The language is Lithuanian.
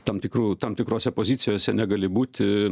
tam tikrų tam tikrose pozicijose negali būti